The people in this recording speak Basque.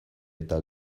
eta